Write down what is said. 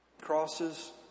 Crosses